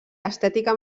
estètica